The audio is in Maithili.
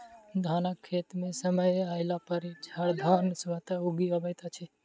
धानक खेत मे समय अयलापर झड़धान स्वतः उगि अबैत अछि